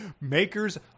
makers